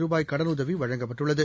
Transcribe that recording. ரூபாய் கடனுதவி வழங்கப்பட்டுள்ளது